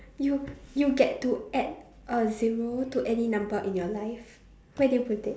you you get to add a zero to any number in your life where do you put it